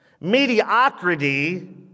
mediocrity